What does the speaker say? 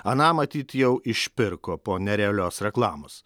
aną matyt jau išpirko po nerealios reklamos